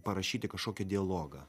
parašyti kažkokį dialogą